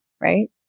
Right